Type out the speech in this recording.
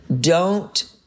don't-